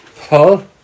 Paul